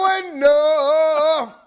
enough